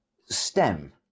STEM